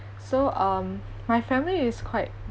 so um my family is quite